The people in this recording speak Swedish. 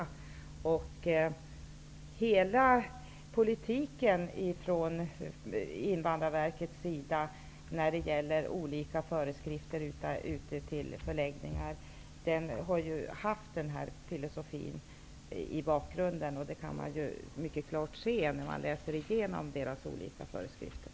För hela politiken från Invandrarverkets sida när det gäller olika föreskrifter för förläggningar har nämnda filosofi funnits med i bakgrunden. Det framgår mycket klart när man läser igenom olika föreskrifter.